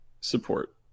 support